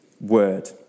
word